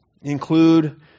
include